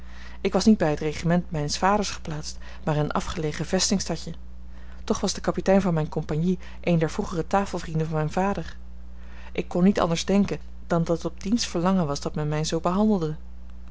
ik was niet bij het regiment mijns vaders geplaatst maar in een afgelegen vestingstadje toch was de kapitein van mijne compagnie een der vroegere tafelvrienden van mijn vader ik kon niet anders denken dan dat het op diens verlangen was dat men mij zoo behandelde